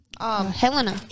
Helena